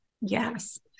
Yes